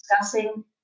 discussing